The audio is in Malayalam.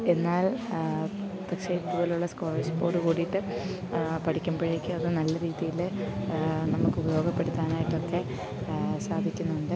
എന്നാൽ പക്ഷേ ഇതുപോലുള്ള സ്കോളർഷിപ്പോട് കൂടിയിട്ട് പഠിക്കുമ്പോഴേക്കും അത് നല്ല രീതിയിൽ നമുക്ക് ഉപയോഗപ്പെടുത്താനായിട്ടൊക്കെ സാധിക്കുന്നുണ്ട്